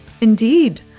Indeed